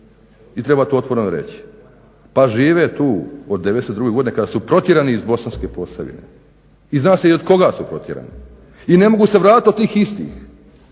i treba to otvoreno reći, pa žive tu od '92. godine kada su protjerani iz Bosanske Posavine i zna se i od koga su protjerani i ne mogu se vratiti od tih istih.